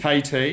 KT